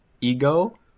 ego